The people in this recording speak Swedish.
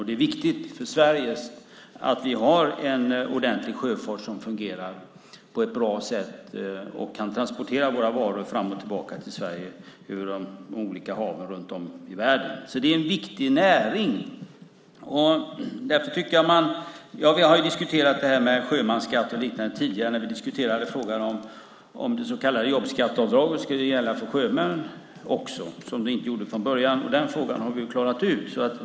Det är viktigt för Sverige att vi har en ordentlig sjöfart som fungerar på ett bra sätt och kan transportera våra varor fram och tillbaka till Sverige över de olika haven runt om i världen. Det är en viktig näring. Vi har diskuterat sjömansskatt och liknande tidigare. Vi har diskuterat frågan om det så kallade jobbskatteavdraget skulle gälla för sjömän också, som det inte gjorde från början. Den frågan har vi klarat ut.